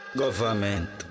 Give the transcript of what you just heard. government